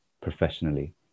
professionally